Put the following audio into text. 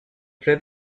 fred